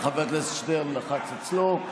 וחבר הכנסת שטרן לחץ אצלו.